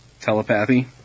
telepathy